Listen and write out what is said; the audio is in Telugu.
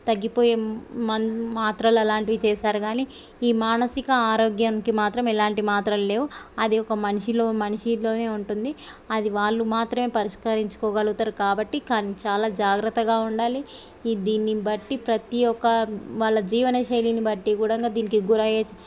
తగ్గిపోయే మందు మాత్రలు అలాంటివి చేశారు కానీ ఈ మానసిక ఆరోగ్యంకి మాత్రం ఎలాంటి మాత్రలు లేవు అది ఒక మనిషిలో మనిషిలోనే ఉంటుంది అది వాళ్ళు మాత్రమే పరిష్కరించుకోగలుగుతారు కాబట్టి కానీ చాలా జాగ్రత్తగా ఉండాలి ఈ దీన్ని బట్టి ప్రతి ఒక్క వాళ్ళ జీవన శైలిని బట్టి కూడా దీనికి గురయ్యే